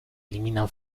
eliminan